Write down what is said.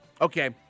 Okay